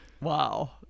Wow